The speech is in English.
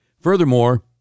Furthermore